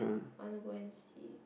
I wanna go and see